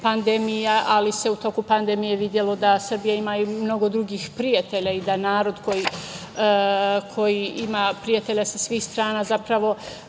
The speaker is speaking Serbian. ali se u toku pandemije videlo da Srbija ima i mnogo drugih prijatelja i da narod koji ima prijatelja sa svih strana zapravo